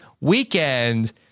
weekend